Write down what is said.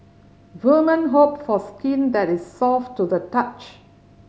woman hope for skin that is soft to the touch